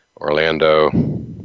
orlando